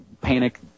panic